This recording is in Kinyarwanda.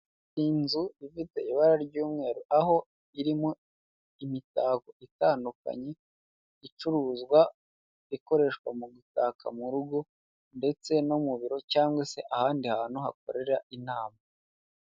Inzu ifite ibara ry'umweru, aho irimo imitako itandukanye, icuruzwa, ikoreshwa mu gutaka mu rugo ndetse no mu biro, cyangwa se ahandi hantu hakorera inama.